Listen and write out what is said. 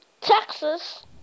Texas